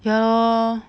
ya lor